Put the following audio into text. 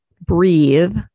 breathe